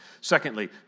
Secondly